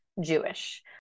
Jewish